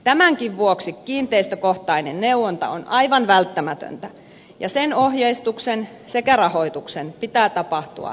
tämänkin vuoksi kiinteistökohtainen neuvonta on aivan välttämätöntä ja sen ohjeistuksen sekä rahoituksen pitää tapahtua valtakunnallisella tasolla